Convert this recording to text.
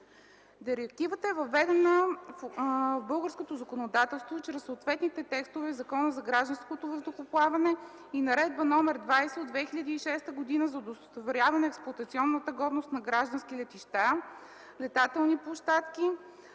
Директивата е въведена от българското законодателство чрез съответните текстове в Закона за гражданското въздухоплаване и Наредба № 20 от 2006 г. за удостоверяване на експлоатационната годност на граждански летища, летателни площадки,